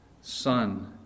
Son